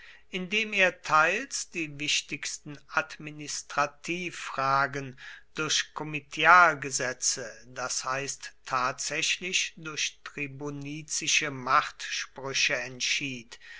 indem er teils die wichtigsten administrativfragen durch komitialgesetze das heißt tatsächlich durch tribunizische machtsprüche entschied